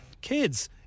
Kids